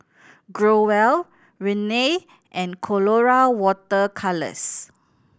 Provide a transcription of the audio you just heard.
Growell Rene and Colora Water Colours